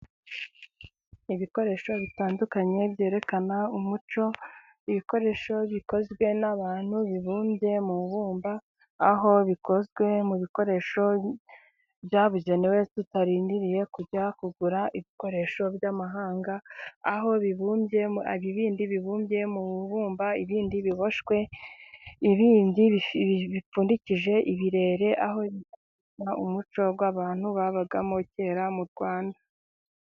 Ibikoresho bitandukanye byerekana umuco, ibikoresho bikozwe n'abantu bibumbye mw'ibumba, aho bikozwe mu bikoresho byabugenewe, tutarindiriye kujya kugura, ibikoresho by'amahanga, aho bibumbye ibibindi bibumbye mu bubumba, ibindi biboshwe, ibindi bipfundikije ibirere, aho umuco w'abantu, babagamo kera mu Rwanda.